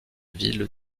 ville